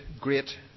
great